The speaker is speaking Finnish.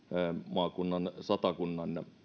maakunnan satakunnan